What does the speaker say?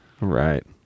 Right